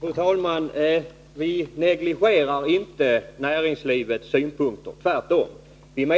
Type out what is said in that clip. Fru talman! Vi negligerar inte näringslivets synpunkter, tvärtom. Om